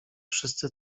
wszyscy